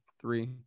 Three